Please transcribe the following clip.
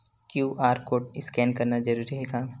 QR code scan करना जरूरी हे का?